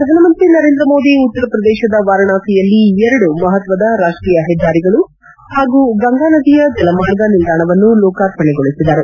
ಪ್ರಧಾನಮಂತ್ರಿ ನರೇಂದ್ರ ಮೋದಿ ಉತ್ತರ ಪ್ರದೇಶದ ವಾರಾಣಸಿಯಲ್ಲಿ ಎರಡು ಮಹತ್ವದ ರಾಷ್ಷೀಯ ಹೆದ್ದಾರಿಗಳು ಹಾಗೂ ಗಂಗಾ ನದಿಯ ಜಲಮಾರ್ಗ ನಿಲ್ದಾಣವನ್ನು ಲೋಕಾರ್ಪಣೆಗೊಳಿಸಿದರು